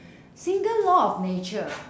single law of nature